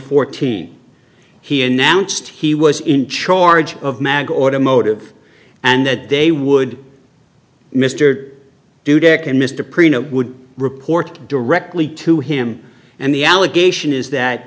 fourteen he announced he was in charge of mag automotive and that they would mr dudek and mr pre nup would report directly to him and the allegation is that